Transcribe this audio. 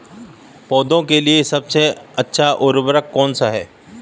पौधों के लिए सबसे अच्छा उर्वरक कौनसा हैं?